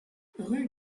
rue